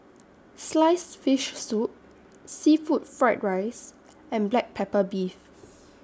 Sliced Fish Soup Seafood Fried Rice and Black Pepper Beef